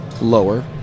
Lower